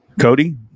Cody